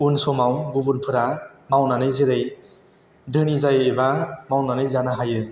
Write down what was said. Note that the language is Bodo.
उन समाव गुबुनफोरा मावनानै जेरै धोनि जायो एबा मावनानै जानो हायो